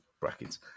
brackets